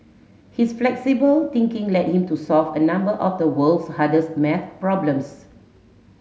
his flexible thinking led him to solve a number of the world's hardest math problems